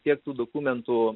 tiek tų dokumentų